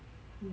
mm